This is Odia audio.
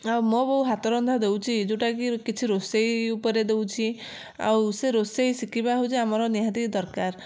ଆଉ ମୋ ବୋଉ ହାତରନ୍ଧା ଦଉଛି ଯେଉଁଟାକି କିଛି ରୋଷେଇ ଉପରେ ଦଉଛି ଆଉ ସେ ରୋଷେଇ ଶିଖିବା ହଉଛି ଆମର ନିହାତି ଦରକାର